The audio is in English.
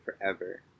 forever